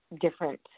different